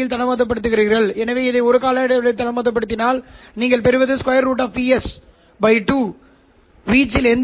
செயல்படுத்துகிறேன் என்றால் உள்ளூர் ஆஸிலேட்டர் சமிக்ஞை சரியாக ωs ஆக இருக்க வேண்டும்